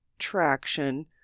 traction